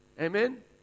Amen